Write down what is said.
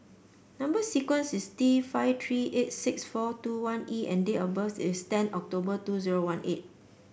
number sequence is T five three eight six four two one E and date of birth is ten October two zero one eight